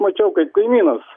mačiau kaip kaimynas